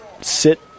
sit